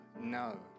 no